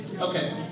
Okay